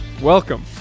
Welcome